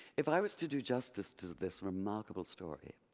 if i was to do justice to this remarkable story,